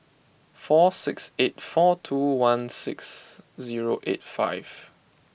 four six eight four two one six zero eight five